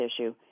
issue